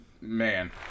man